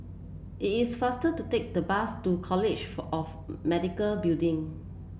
it is faster to take the bus to College of Medical Building